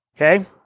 Okay